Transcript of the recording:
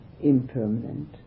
impermanent